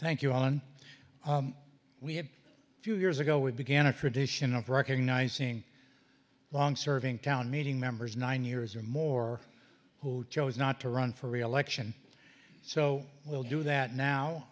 thank you all and we have a few years ago we began a tradition of recognizing long serving town meeting members nine years or more who chose not to run for reelection so we'll do that